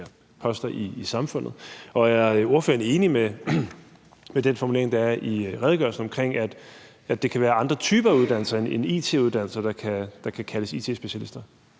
poster i samfundet? Og er ordføreren enig i den formulering, der er i redegørelsen, om, at det kan være andre typer af uddannelser end it-uddannelser, der kan uddanne it-specialister?